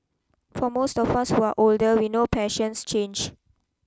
for most of us who are older we know passions change